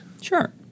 Sure